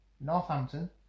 Northampton